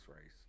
race